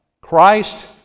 Christ